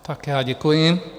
Tak já děkuji.